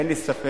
ואין לי ספק,